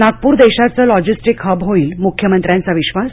नागपूर देशाचं logistic hub होईल मुख्यमंत्र्यांचा विश्वास